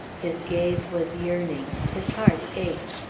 his gaze was yearning, his heart ached.